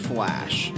Flash